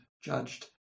judged